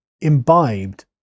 imbibed